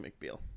McBeal